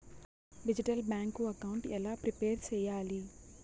Digital bank account ఎలా prepare సెయ్యాలి?